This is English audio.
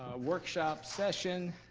workshop session.